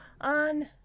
on